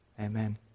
Amen